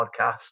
podcast